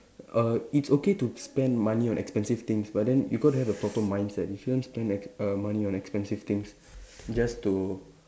err it's okay to spend money on expensive things but then you got to have a proper mindset you shouldn't spend e~ err money on expensive things just to